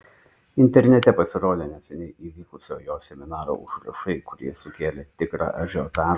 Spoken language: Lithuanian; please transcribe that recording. internete pasirodė neseniai įvykusio jo seminaro užrašai kurie sukėlė tikrą ažiotažą